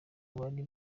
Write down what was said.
bari